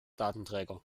datenträger